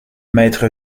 maître